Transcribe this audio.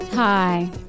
Hi